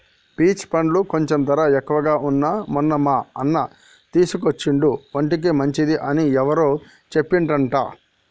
peach పండ్లు కొంచెం ధర ఎక్కువగా వున్నా మొన్న మా అన్న తీసుకొచ్చిండు ఒంటికి మంచిది అని ఎవరో చెప్పిండ్రంట